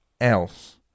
else